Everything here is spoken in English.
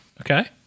Okay